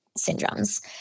syndromes